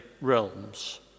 realms